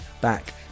back